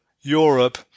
Europe